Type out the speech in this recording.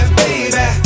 baby